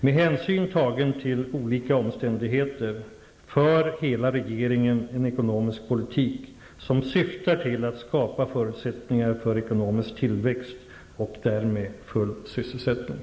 Med hänsyn tagen till olika omständigheter för hela regeringen en ekonomisk politik som syftar till att skapa förutsättningar för ekonomisk tillväxt och därmed full sysselsättning.